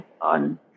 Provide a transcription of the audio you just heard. on